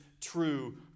true